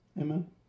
amen